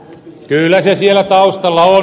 kyllä se siellä taustalla on